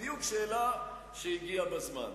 בדיוק שאלה שהגיעה בזמן.